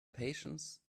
patience